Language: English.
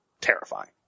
terrifying